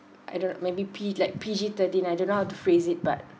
I don't maybe P like P_G thirteen I don't know how to phrase it but